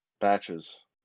batches